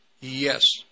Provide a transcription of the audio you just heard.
Yes